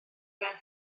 mewn